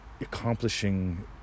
accomplishing